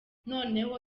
noneho